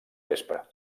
vespre